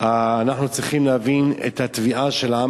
אנחנו צריכים להבין את התביעה של העם